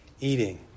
eating